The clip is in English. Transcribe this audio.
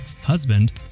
husband